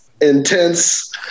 intense